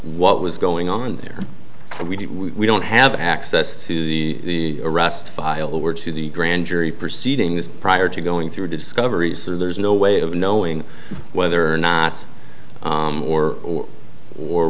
what was going on there that we don't have access to the arrest file or to the grand jury proceedings prior to going through discovery so there's no way of knowing whether or not or or